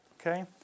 Okay